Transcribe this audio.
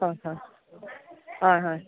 হয় হয় হয় হয়